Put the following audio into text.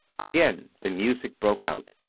again the music broke out,